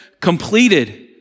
completed